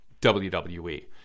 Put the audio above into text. WWE